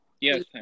Yes